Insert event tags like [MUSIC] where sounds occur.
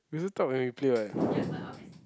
we also talk when we play what [BREATH]